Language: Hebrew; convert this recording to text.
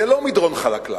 זה לא מדרון חלקלק,